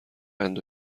قند